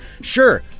Sure